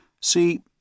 See